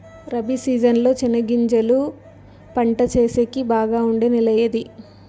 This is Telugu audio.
రబి సీజన్ లో చెనగగింజలు పంట సేసేకి బాగా ఉండే నెల ఏది?